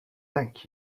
thank